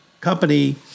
company